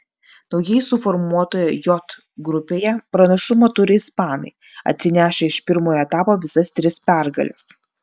naujai suformuotoje j grupėje pranašumą turi ispanai atsinešę iš pirmojo etapo visas tris pergales